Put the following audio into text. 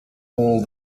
all